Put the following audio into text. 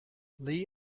lee